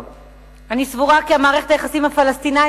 אני סבורה כי מערכת היחסים עם הפלסטינים,